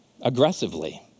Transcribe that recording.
aggressively